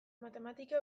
matematika